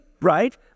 right